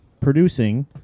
producing